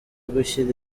gushyira